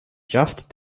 just